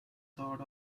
thought